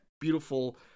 beautiful